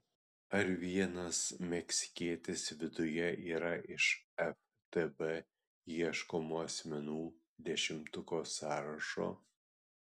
ar vienas meksikietis viduje yra iš ftb ieškomų asmenų dešimtuko sąrašo